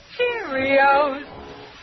Cheerios